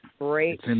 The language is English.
great